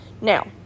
Now